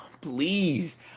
please